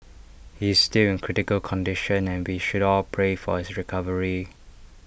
he is still in critical condition and we should all pray for his recovery